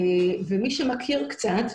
מי שמכיר קצת,